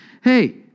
hey